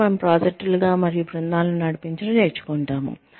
అప్పుడు మనము ప్రాజెక్టులు మరియు బృందాలను నడిపించడం నేర్చుకుంటాము